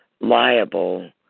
liable